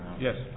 Yes